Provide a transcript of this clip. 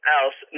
else